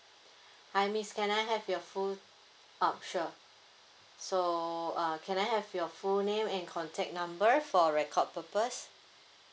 hi miss can I have your phone oh sure so uh can I have your full name and contact number for record purpose